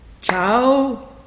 Ciao